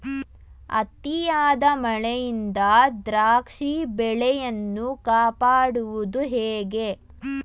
ಅತಿಯಾದ ಮಳೆಯಿಂದ ದ್ರಾಕ್ಷಿ ಬೆಳೆಯನ್ನು ಕಾಪಾಡುವುದು ಹೇಗೆ?